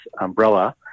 umbrella